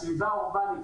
הסביבה האורבנית,